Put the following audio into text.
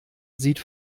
sieht